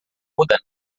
muda